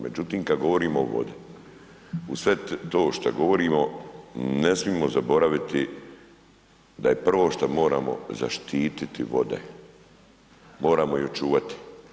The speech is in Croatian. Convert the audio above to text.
Međutim kad govorimo o vodama, uz sve to što govorimo ne smijemo zaboraviti da je prvo što moramo zaštiti vode, moramo ih očuvati.